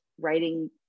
writing